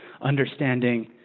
understanding